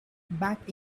back